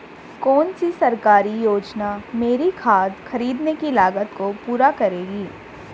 कौन सी सरकारी योजना मेरी खाद खरीदने की लागत को पूरा करेगी?